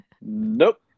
nope